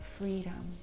freedom